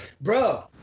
bro